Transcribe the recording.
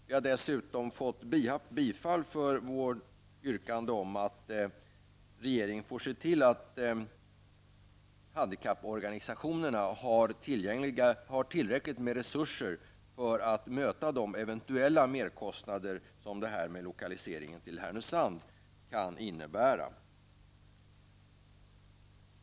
Vi har dessutom fått bifall till vårt yrkande om att regeringen får se till att handikapporganisationerna har tillräckliga resurser för att möta de eventuella merkostnader som lokaliseringen till Härnösand kan innebära.